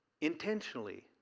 intentionally